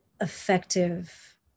effective